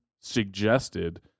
suggested